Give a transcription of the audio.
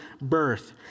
birth